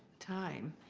time.